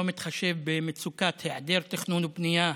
לא מתחשב במצוקת היעדר תכנון בנייה,